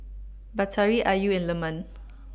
Batari Ayu and Leman